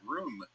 room